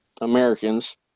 Americans